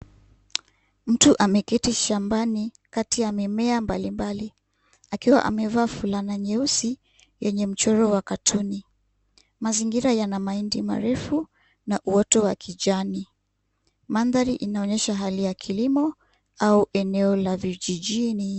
Mtu ameketi shambani kati ya mimea mbali mbali akiwa amevaa flana nyeusi yenye mchoro wa katuni, mazingira yana mahindi marefu na uoto wa kijani mandari inaonyesha mahali ya kilimo au eneo la vijijini.